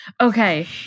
okay